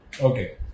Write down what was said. Okay